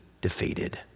defeated